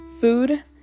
food